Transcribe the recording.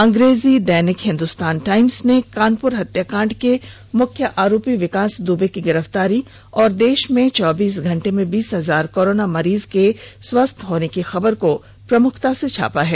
अंग्रेजी दैनिक हिंदुस्तान टाइम्स ने कानपुर हत्याकांड के मुख्य आरोपी विकास द्बे की गिरफ्तारी और देष में चौबीस घंटे में बीस हजार कोरोना मरीज के स्वस्थ होने की खबर को प्रमुखता से छापा है